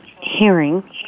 hearing